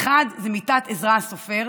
האחד זה מיתת עזרא הסופר